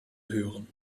hören